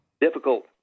Difficult